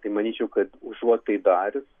tai manyčiau kad užuot tai darius